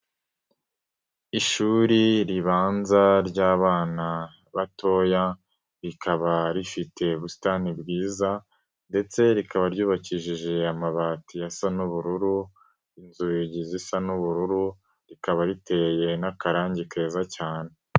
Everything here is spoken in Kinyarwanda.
Ishuri ribanza ry'abana batoya, rikaba rifite ubusitani bwiza ndetse rikaba ryubakishije amabati asa n'ubururu, inzugi zisa n'ubururu, rikaba riteye n'akarangi keza cyane.